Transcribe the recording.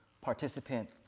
participant